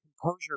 composure